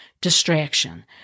distraction